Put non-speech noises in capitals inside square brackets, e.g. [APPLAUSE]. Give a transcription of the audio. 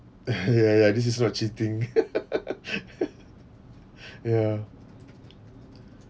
[LAUGHS] ya ya this is not cheating [BREATH] ya